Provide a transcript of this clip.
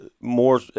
more